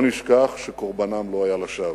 לא נשכח שקורבנם לא היה לשווא.